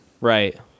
Right